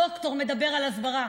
הדוקטור מדבר על הסברה,